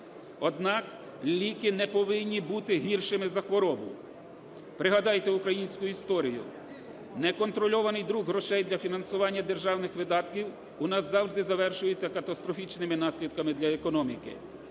однак ліки не повинні бути гіршими за хворобу. Пригадайте українську історію. Неконтрольований друк грошей для фінансування державних видатків у нас завжди завершується катастрофічними наслідками для економіки.